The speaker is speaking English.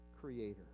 creator